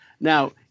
Now